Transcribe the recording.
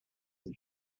the